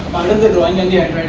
the drawing and yeah